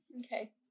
Okay